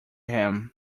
him